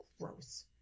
gross